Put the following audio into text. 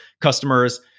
customers